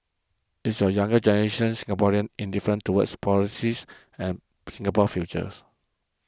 is the younger generation Singaporeans indifferent towards politics and Singapore's futures